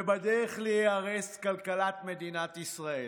ובדרך להיהרס, כלכלת מדינת ישראל.